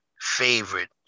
favorite